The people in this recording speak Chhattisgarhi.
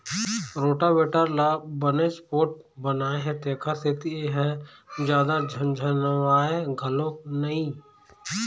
रोटावेटर ल बनेच पोठ बनाए हे तेखर सेती ए ह जादा झनझनावय घलोक नई